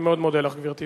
אני מאוד מודה לך, גברתי.